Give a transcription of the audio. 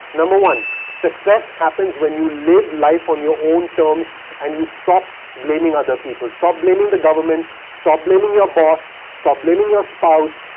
number one, success happens when you live life on your own terms and you stop blaming other people. stop blaming the government. stop blaming your boss. stop blaming your spouse,